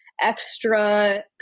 extra